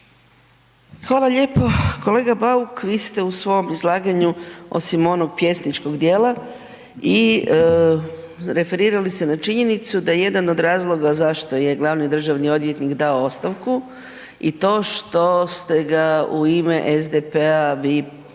Hvala lijepo. Kolega Bauk, vi ste u svom izlaganju, osim onog pjesničkog dijela i referirali se na činjenicu da jedan od razloga zašto je glavni državni odvjetnik dao ostavku i to što ste ga u ime SDP-a vi prozvali